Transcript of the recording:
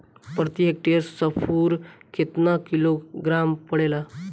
प्रति हेक्टेयर स्फूर केतना किलोग्राम पड़ेला?